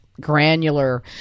granular